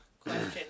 question